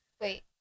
Wait